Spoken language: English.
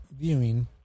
viewing